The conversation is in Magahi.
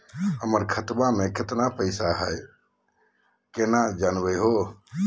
हमर खतवा मे केतना पैसवा हई, केना जानहु हो?